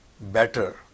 better